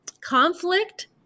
conflict